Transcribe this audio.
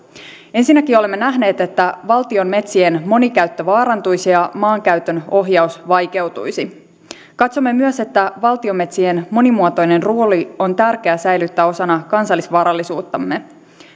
ensinnäkin olemme nähneet että valtion metsien monikäyttö vaarantuisi ja maankäytön ohjaus vaikeutuisi katsomme myös että valtion metsien monimuotoinen rooli on tärkeä säilyttää osana kansallisvarallisuuttamme